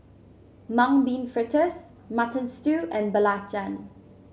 Mung Bean Fritters Mutton Stew and belacan